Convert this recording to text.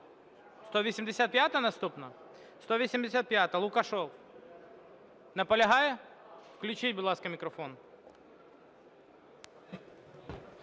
185-а наступна? 185-а, Лукашев. Наполягає? Включіть, будь ласка, мікрофон.